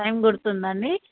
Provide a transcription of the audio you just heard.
time పడుతుంది అండి